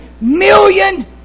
million